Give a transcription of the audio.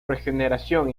regeneración